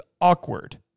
awkward